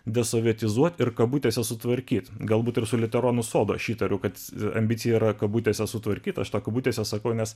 desovietizuoti ir kabutėse sutvarkyti galbūt ir su liuteronų sodo aš įtariu kad ambicija yra kabutėse sutvarkyti aš to kabutėse sakau nes